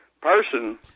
person